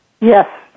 Yes